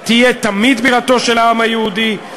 תהיה תמיד בירתו של העם היהודי,